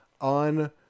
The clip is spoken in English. on